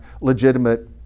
legitimate